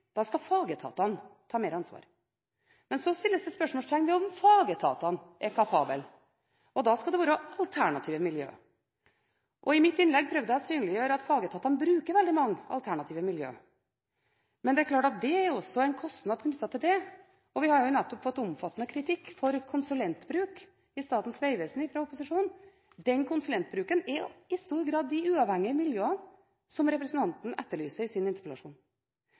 da skal fagetatene ta mer ansvar. Men så settes det spørsmålstegn ved om fagetatene er kapable, og da skal det være alternative miljøer. I mitt innlegg prøvde jeg å synliggjøre at fagetatene bruker veldig mange alternative miljøer, men det er klart at det også er en kostnad knyttet til det. Og vi har jo nettopp fått omfattende kritikk fra opposisjonen for konsulentbruk i Statens vegvesen. Den konsulentbruken er i stor grad de uavhengige miljøene som representanten etterlyser i sin interpellasjon.